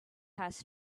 has